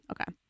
Okay